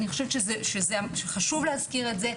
אני חושבת שחשוב להזכיר את זה,